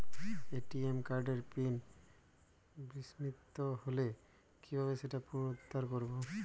ATM কার্ডের PIN বিস্মৃত হলে কীভাবে সেটা পুনরূদ্ধার করব?